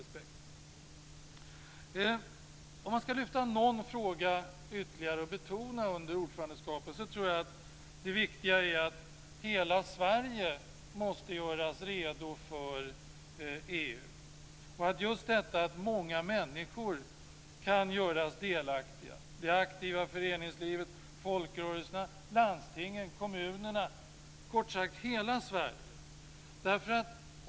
Om man ska lyfta fram någon ytterligare fråga att betona under ordförandeskapet tror jag att det viktiga är att hela Sverige måste göras redo för EU. Det gäller just detta att många människor kan göras delaktiga: det aktiva föreningslivet, folkrörelserna, landstingen, kommunerna, ja kort sagt hela Sverige.